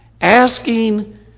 Asking